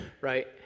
right